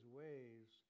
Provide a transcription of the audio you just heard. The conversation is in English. ways